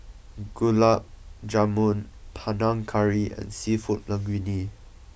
Gulab Jamun Panang Curry and Seafood Linguine